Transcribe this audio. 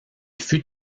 fut